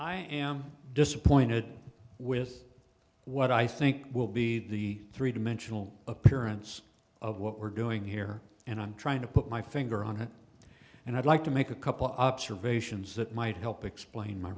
i am disappointed with what i think will be the three dimensional appearance of what we're doing here and i'm trying to put my finger on it and i'd like to make a couple observations that might help explain m